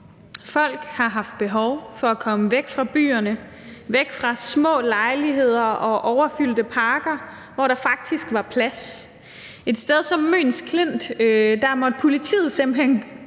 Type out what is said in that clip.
Folk har haft behov for at komme væk fra byerne, væk fra små lejligheder og overfyldte parker og derud, hvor der faktisk var plads. Et sted som Møns Klint måtte politiet simpelt hen